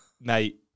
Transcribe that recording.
Mate